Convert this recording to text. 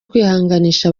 kwihanganisha